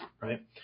Right